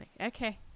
Okay